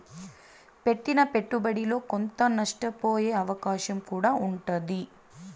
పెట్టిన పెట్టుబడిలో కొంత నష్టపోయే అవకాశం కూడా ఉంటాది